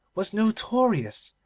was notorious,